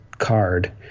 card